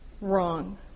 wrong